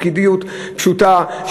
פקידות פשוטה,